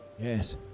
Yes